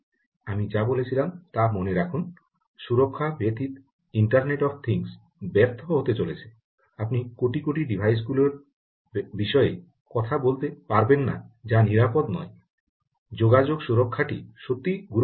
আমি যা বলেছিলাম তা মনে রাখুন সুরক্ষা ব্যতীত ইন্টারনেট অফ থিংস ব্যর্থ হতে চলেছে আপনি কোটি কোটি ডিভাইস গুলির বিষয়ে কথা বলতে পারবেন না যা নিরাপদ নয় যোগাযোগ সুরক্ষাটি সত্যিই গুরুত্বপূর্ণ